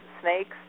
snakes